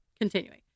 Continuing